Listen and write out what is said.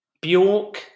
Bjork